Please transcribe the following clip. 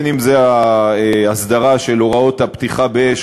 אם ההסדרה של הוראות הפתיחה באש,